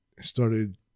started